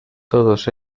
todos